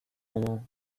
moment